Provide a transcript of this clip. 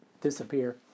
disappear